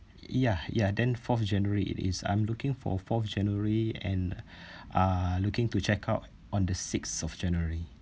ya ya then fourth of january it is I'm looking for fourth of january and uh looking to check out on the sixth of january